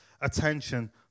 attention